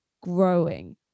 growing